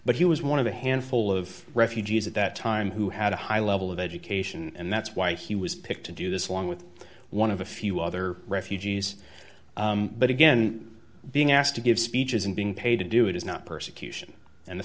but he was one of the handful of refugees at that time who had a high level of education and that's why he was picked to do this along with one of a few other refugees but again being asked to give speeches and being paid to do it is not persecution and the